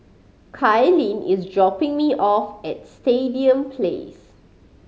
Cailyn is dropping me off at Stadium Place